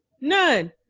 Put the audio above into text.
None